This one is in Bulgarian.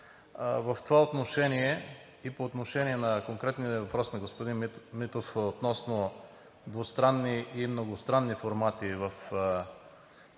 В това отношение и по отношение на конкретния въпрос на господин Митов относно двустранни и многостранни формати в рамките